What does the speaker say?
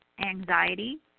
anxiety